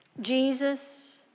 Jesus